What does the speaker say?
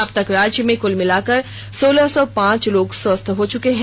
अब तक राज्य में कुल मिलाकर सोलह सौ पांच लोग स्वस्थ्य हो चुके हैं